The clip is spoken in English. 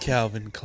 Calvin